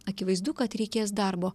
akivaizdu kad reikės darbo